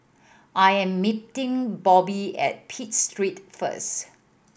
I am meeting Bobbi at Pitt Street first